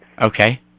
Okay